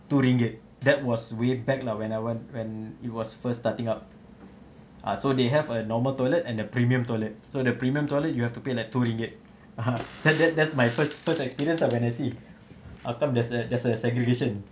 two ringgit that was way back lah when I went when it was first starting up ah so they have a normal toilet and the premium toilet so the premium toilet you have to pay like two ringgit said that that's my first first experience ah when I see time how comes there's a there's a segregation